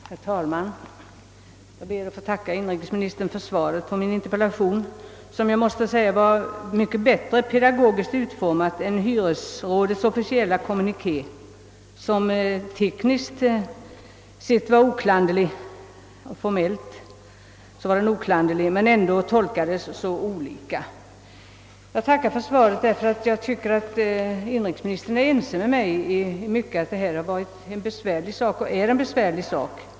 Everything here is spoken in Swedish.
Herr talman! Jag ber att få tacka inrikesministern för svaret på min interpellation. Inrikesministerns svar hade en betydligt bättre pedagogisk utformning än hyresrådets officiella kommuniké, som formellt var oklanderlig men som ändå kom att tolkas mycket olika. Inrikesministern tycks vara ense med mig om att detta har varit och är en mycket besvärlig sak.